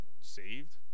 saved